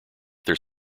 their